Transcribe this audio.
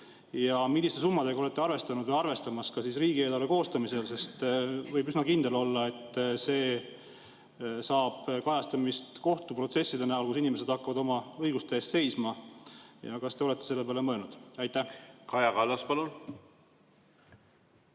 Milliste summadega olete arvestanud ja arvestamas ka riigieelarve koostamisel? Võib üsna kindel olla, et see saab kajastamist kohtuprotsesside näol, kui inimesed hakkavad oma õiguste eest seisma. Kas te olete selle peale mõelnud? Kaja Kallas, palun!